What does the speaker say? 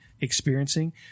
experiencing